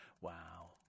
Wow